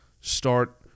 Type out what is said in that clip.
start